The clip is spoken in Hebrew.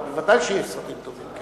אבל ודאי שיש סרטים טובים.